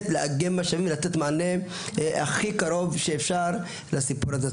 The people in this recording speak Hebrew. לאגם משאבים ולתת מענה הכי קרוב שאפשר לסיפור הזה.